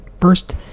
first